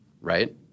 right